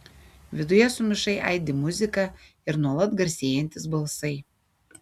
viduje sumišai aidi muzika ir nuolat garsėjantys balsai